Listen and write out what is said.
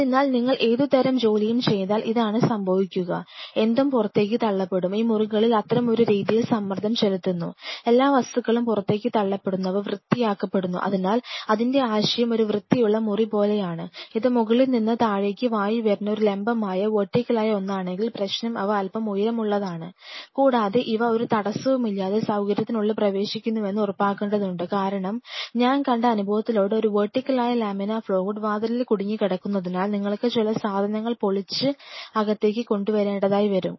അതിനാൽ നിങ്ങൾ ഏതുതരം ജോലിയും ചെയ്താൽ ഇതാണ് സംഭവിക്കുക ഞാൻ കണ്ട അനുഭവത്തിലൂടെ ഒരു വെർട്ടികലായ ലാമിനാർ ഫ്ലോ ഹുഡ് വാതിലിൽ കുടുങ്ങിക്കിടക്കുന്നതിനാൽ നിങ്ങൾക്ക് ചില സാധനങ്ങൾ പൊളിച്ച് അകത്തേക്ക് കൊണ്ടുവരേണ്ടതായി വരും